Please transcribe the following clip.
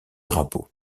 drapeaux